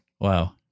Wow